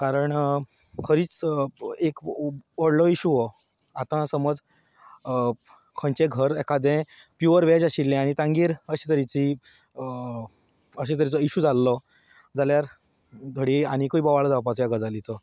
कारण खरीच एक व्हडलो इशू हो आतां समज खंयचें घर एखादें पिवर वॅज आशिल्लें आनी तांगेर अशे तरेची अशे तरेचो इश्यू जाल्लो जाल्यार घडये आनिकूय बोवाळ जावपाचो ह्या गजालीचो